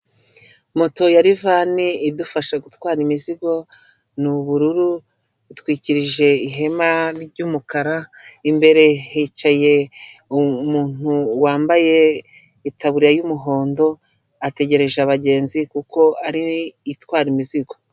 Moto ya rivani idufasha gutwara imizigo n'ubururu itwikirije ihema ry'umukara, imbere hicaye umuntu wambaye itaburiya y'umuhondo ategereje abagenzi kuko ari itwara imizigo.